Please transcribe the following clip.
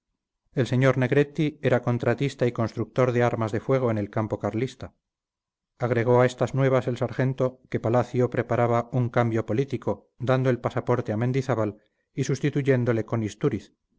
el sr negretti era contratista y constructor de armas de fuego en el campo carlista agregó a estas nuevas el sargento que palacio preparaba un cambio político dando el pasaporte a mendizábal y sustituyéndole con